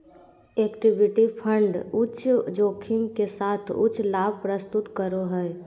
equity fund उच्च जोखिम के साथ उच्च लाभ प्रस्तुत करो हइ